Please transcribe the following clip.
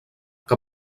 que